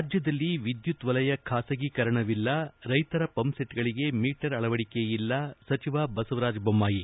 ರಾಜ್ವದಲ್ಲಿ ವಿದ್ಯುತ್ ವಲಯ ಖಾಸಗೀಕರಣವಿಲ್ಲ ರೈತರ ಪಂಪ್ಸೆಟ್ಗಳಗೆ ಮೀಟರ್ ಅಳವಡಿಕೆ ಇಲ್ಲ ಸಚಿವ ಬಸವರಾಜ ಬೊಮ್ಲಾಯಿ